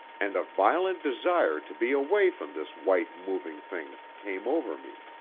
and a violent desire to be away from this white moving thing came over me.